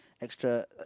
extra